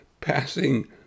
passing